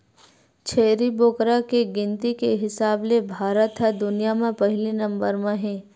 छेरी बोकरा के गिनती के हिसाब ले भारत ह दुनिया म पहिली नंबर म हे